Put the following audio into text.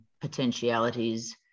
potentialities